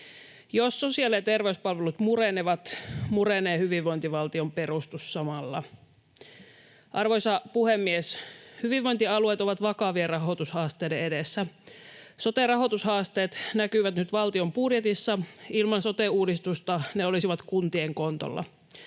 Jos sosiaali- ja terveyspalvelut murenevat, murenee hyvinvointivaltion perustus samalla. Arvoisa puhemies! Hyvinvointialueet ovat vakavien rahoitushaasteiden edessä. Soten rahoitushaasteet näkyvät nyt valtion budjetissa. Ilman sote-uudistusta ne olisivat kuntien kontolla.